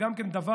גם זה דבר,